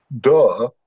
duh